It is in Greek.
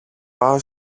πάω